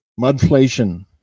mudflation